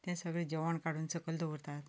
तें सगळें जेवण काडून सकयल दवरतात